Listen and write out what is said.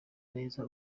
neza